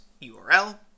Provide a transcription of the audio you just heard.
URL